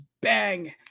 bang